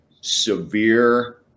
severe